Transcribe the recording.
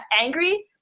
angry